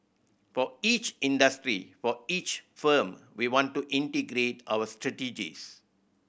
for each industry for each firm we want to integrate our strategies